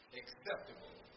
acceptable